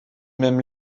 même